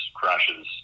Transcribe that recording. crashes